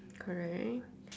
correct